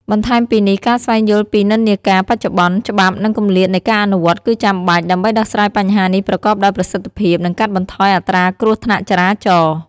បន្ថែមពីនេះ ការស្វែងយល់ពីនិន្នាការបច្ចុប្បន្ន ច្បាប់ និងគម្លាតនៃការអនុវត្ត គឺចាំបាច់ ដើម្បីដោះស្រាយបញ្ហានេះប្រកបដោយប្រសិទ្ធភាព និងកាត់បន្ថយអត្រាគ្រោះថ្នាក់ចរាចរណ៍។